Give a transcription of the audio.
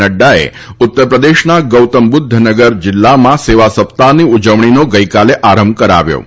નફાએ ઉત્તરપ્રદેશના ગૌતમ બુધ્ધનગર જિલ્લામાં સેવા સપ્તાહની ઉજવણીનો ગઈકાલે આરંભ કરાવ્યો છે